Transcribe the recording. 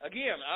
Again